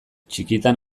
txikitan